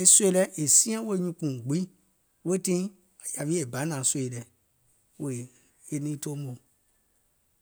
e sòi lɛɛ̀ siaŋ wèè nyuùŋ kpùuŋ gbiŋ, weètii yȧwi banȧŋ sòi lɛ̀ wèè e niŋ toomò.